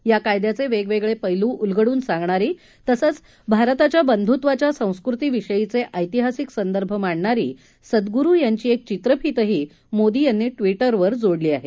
या कायद्याचे वेगवेगळे पैलू उलगडून सांगणारी तसंच भारताच्या बंधुत्वाच्या संस्कृतिविषयीचे ऐतिहासिक संदर्भ मांडणारी सद् गुरु यांची एक चित्रफितही मोदी यांनी ट्विटरवर जोडली आहे